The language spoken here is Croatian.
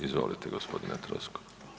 Izvolite gospodine Troskot.